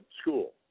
school